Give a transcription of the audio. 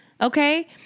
Okay